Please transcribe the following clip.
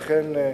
ואכן,